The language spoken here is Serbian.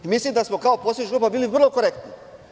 Mislim da smo kao poslanička grupa bili vrlo korektni.